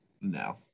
No